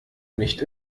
nicht